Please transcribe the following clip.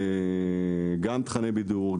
גם תכני בידור,